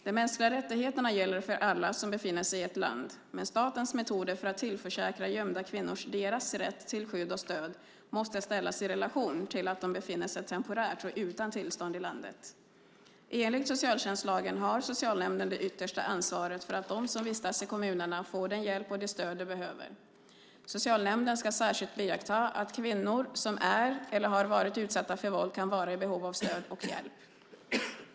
De mänskliga rättigheterna gäller för alla som befinner sig i ett land, men statens metoder för att tillförsäkra gömda kvinnor deras rätt till skydd och stöd måste ställas i relation till att de befinner sig temporärt och utan tillstånd i landet. Enligt socialtjänstlagen har socialnämnden det yttersta ansvaret för att de som vistas i kommunen får den hjälp och det stöd de behöver. Socialnämnden ska särskilt beakta att kvinnor som är eller har varit utsatta för våld kan vara i behov av stöd och hjälp.